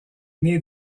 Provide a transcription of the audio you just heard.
née